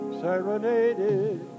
serenaded